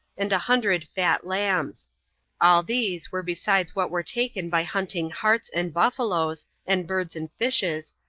and a hundred fat lambs all these were besides what were taken by hunting harts and buffaloes, and birds and fishes,